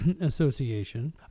Association